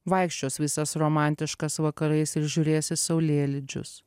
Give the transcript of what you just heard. vaikščios visas romantiškas vakarais ir žiūrės į saulėlydžius